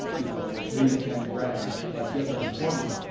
you know, will pay you ten grand, like yes, that's important,